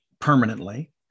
permanently